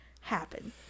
happen